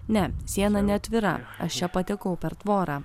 ne siena neatvira aš čia patekau per tvorą